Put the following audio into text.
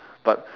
but